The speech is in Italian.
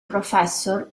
professor